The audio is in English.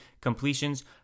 completions